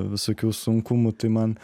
visokių sunkumų tai man